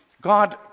God